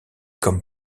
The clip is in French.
comme